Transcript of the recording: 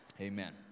Amen